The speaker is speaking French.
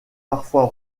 parfois